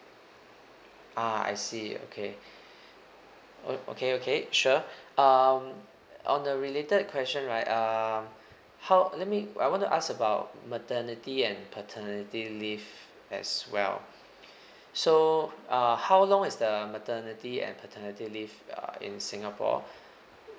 ah I see okay o~ okay okay sure um on a related question right um how let me I want to ask about maternity and paternity leave as well so uh how long is the maternity and paternity leave uh in singapore